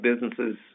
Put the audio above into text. businesses